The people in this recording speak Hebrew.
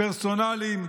פרסונליים,